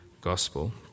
gospel